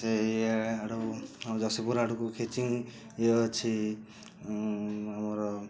ସେଇ ଆଡ଼ୁ ଆମ ଯଶିପୁର ଆଡ଼କୁ ଖିଚିଙ୍ଗ ଇଏ ଅଛି ଆମର